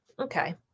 okay